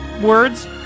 words